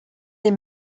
des